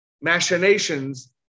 Machinations